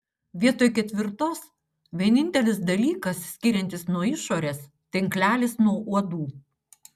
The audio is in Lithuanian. vietoj ketvirtos vienintelis dalykas skiriantis nuo išorės tinklelis nuo uodų